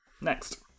Next